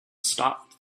stop